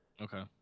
Okay